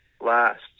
last